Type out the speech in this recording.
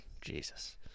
Jesus